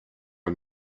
are